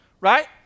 right